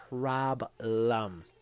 problem